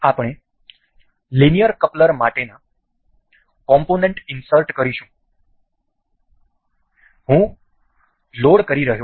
આપણે linear coupler માટેના component insert કરીશું હું લોડ કરી રહ્યો છું